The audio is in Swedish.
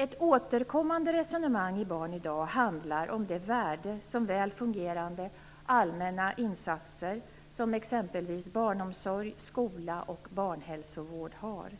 Ett återkommande resonemang i Barn idag handlar om det värde som väl fungerande allmänna insatser - exempelvis barnomsorg, skola och barnhälsovård - har.